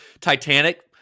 Titanic